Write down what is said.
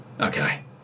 Okay